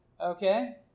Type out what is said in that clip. Okay